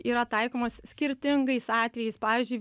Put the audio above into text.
yra taikomos skirtingais atvejais pavyzdžiui